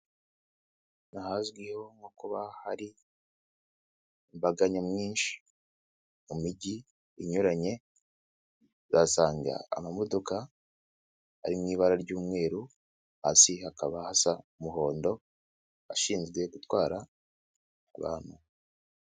Ahazwiho nko kuba hari imbaga nyamwinshi, mu mijyi inyuranye, uzasanga amamodoka ari mu ibara ry'umweru, hasi hakaba hasa umuhondo, ashinzwe gutwara abantu.